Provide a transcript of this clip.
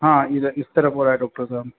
हाँ इधर इस तरफ हो रहा है डॉक्टर साहब